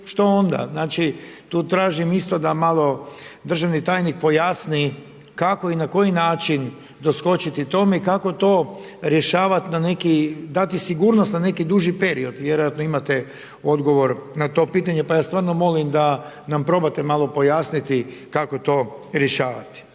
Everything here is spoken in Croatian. što onda? Znači tu tražim isto da malo državni tajnik pojasni kako i na koji način doskočiti tome i kako to rješavati na neki, dati sigurnost na neki duži period. Vjerojatno imate odgovor na to pitanje pa ja stvarno molim da nam probate malo pojasniti kako to rješavati.